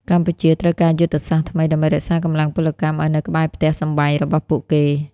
កម្ពុជាត្រូវការយុទ្ធសាស្ត្រថ្មីដើម្បីរក្សាកម្លាំងពលកម្មឱ្យនៅក្បែរផ្ទះសម្បែងរបស់ពួកគេ។